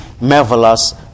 marvelous